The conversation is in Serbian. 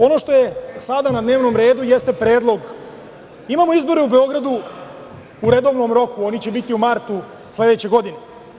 Ono što je sada na dnevnom redu jeste predlog, imamo izbore u Beogradu u redovnom roku, oni će biti u martu sledeće godine.